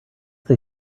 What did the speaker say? they